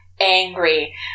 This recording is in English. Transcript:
angry